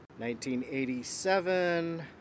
1987